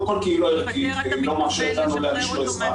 קודם כל כי היא לא ערכית והיא לא מאפשרת לנו להגיש לו עזרה,